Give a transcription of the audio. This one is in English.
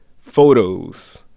photos